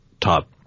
top